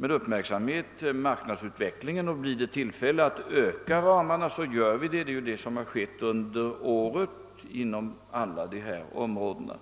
med uppmärksamhet marknadsutvecklingen, och får vi tillfälle att vidga ramarna gör vi det. Det har gjorts under året inom alla dessa områden.